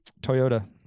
Toyota